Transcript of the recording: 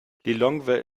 lilongwe